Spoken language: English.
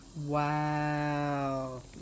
wow